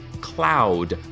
cloud